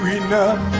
enough